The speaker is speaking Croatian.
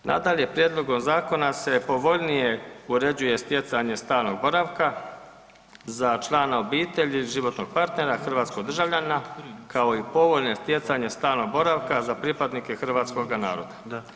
Nadalje, prijedlogom zakona se povoljnije uređuje stjecanje stalnog boravka za člana obitelji, životnog partnera hrvatskog državljanina kao i povoljno stjecanje stalnog boravka za pripadnike hrvatskog naroda.